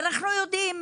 ואנחנו יודעים,